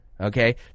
Okay